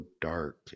dark